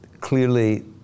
Clearly